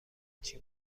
هیچی